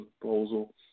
proposal